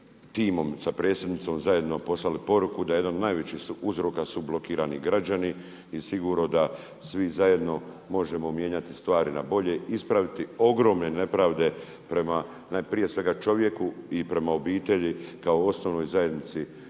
timom sa predsjednicom zajedno poslali poruku da je jedan od najvećih uzroka su blokirani građani i sigurno da svi zajedno možemo mijenjati stvari na bolje, ispraviti ogromne nepravde prema prije svega čovjeku i prema obitelji kao osnovnoj zajednici